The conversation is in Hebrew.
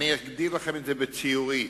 אגדיר לכם את זה בצורה ציורית: